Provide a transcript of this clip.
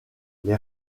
les